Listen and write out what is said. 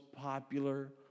popular